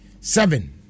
seven